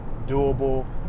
doable